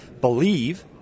Believe